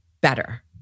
better